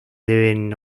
deben